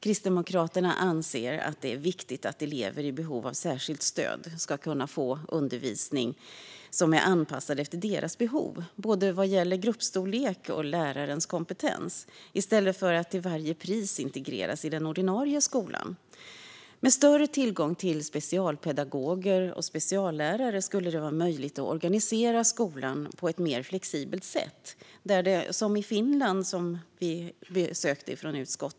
Kristdemokraterna anser att det är viktigt att elever i behov av särskilt stöd ska kunna få undervisning som är anpassad efter deras behov, vad gäller både gruppstorlek och lärarens kompetens, i stället för att till varje pris integreras i den ordinarie skolan. Med större tillgång till specialpedagoger och speciallärare skulle det vara möjligt att organisera skolan på ett mer flexibelt sätt. Man skulle kunna göra som i Finland, som utskottet har besökt.